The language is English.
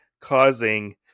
causing